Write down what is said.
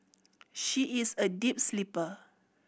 she is a deep sleeper